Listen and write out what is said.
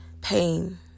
Pain